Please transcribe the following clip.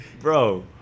Bro